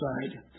side